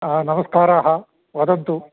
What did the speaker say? हा नमस्काराः वदन्तु